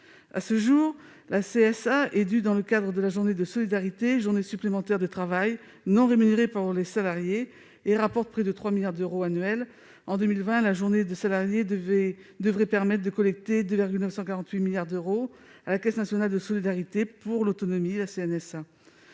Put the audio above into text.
À ce jour, la CSA est due dans le cadre de la « journée de solidarité », journée supplémentaire de travail non rémunérée pour les salariés. Elle rapporte près de 3 milliards d'euros annuels. En 2020, la journée de solidarité devrait permettre de collecter 2,948 milliards d'euros au profit de la CNSA. Le doublement de la CSA